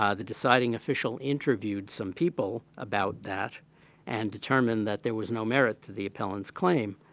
um the deciding official interviewed some people about that and determined that there was no merit to the appellant's claim.